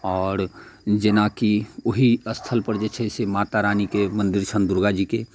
आओर जेनाकि ओही स्थलपर जे छै से मातारानीके मन्दिर छनि दुर्गा जीके